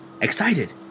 Excited